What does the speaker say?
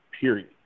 period